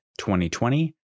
2020